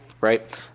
Right